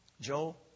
Joel